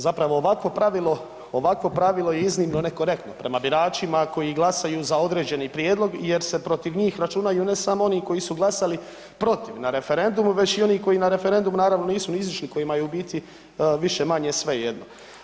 Zapravo ovakvo pravilo, ovakvo pravilo je iznimno nekorektno prema biračima koji glasaju za određeni prijedlog jer se protiv njih računaju ne samo oni koji su glasali protiv na referendumu već i oni koji na referendum naravno nisu ni izišli kojima je u biti više-manje svejedno.